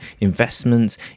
investments